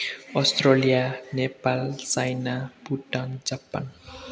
Australia Nepal China Bhutan Japan